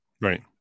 Right